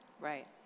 Right